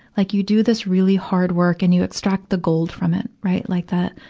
like you do this really hard work and you extract the gold from it, right. like that,